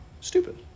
stupid